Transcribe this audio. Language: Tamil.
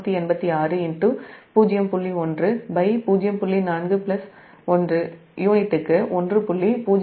41யூனிட்டுக்கு 1